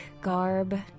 garb